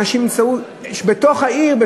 אנשים נמצאו בתוך העיר,